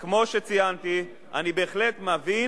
לא נותנים לדבר, בואו נעשה מאהל.